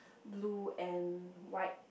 blue and white